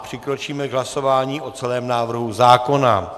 Přikročíme k hlasování o celém návrhu zákona.